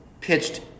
pitched